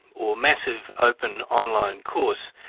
or massive open online course,